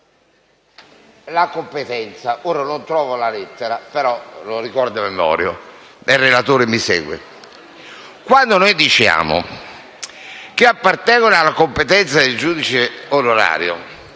la competenza (non trovo la lettera, però la ricordo a memoria e il relatore mi seguirà). Quando diciamo che appartengono alla competenza del giudice onorario